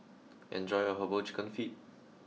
enjoy your Herbal Chicken Feet